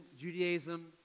Judaism